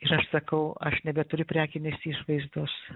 ir aš sakau aš nebeturiu prekinės išvaizdos